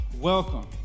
welcome